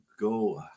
go